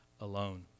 alone